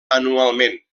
anualment